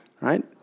right